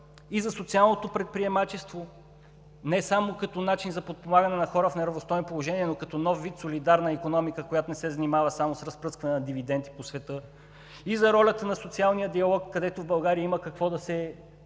и за социалното предприемачество не само като начин за подпомагане на хора в неравностойно положение, но като нов вид солидарна икономика, която не се занимава само с разпръскване на дивиденти по света, и за ролята на социалния диалог, където в България има какво да се